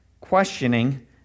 questioning